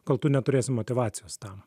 kol tu neturėsi motyvacijos tam